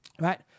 Right